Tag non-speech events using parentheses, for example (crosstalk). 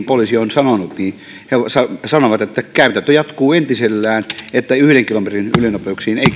(unintelligible) poliisi on sanonut että käytäntö jatkuu entisellään että yhden kilometrin ylinopeuksiin ei (unintelligible)